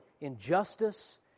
injustice